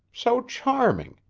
so charming!